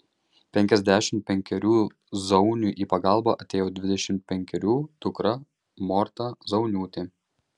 penkiasdešimt penkerių zauniui į pagalbą atėjo dvidešimt penkerių dukra morta zauniūtė